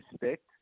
respect